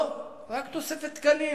לא, רק תוספת תקנים,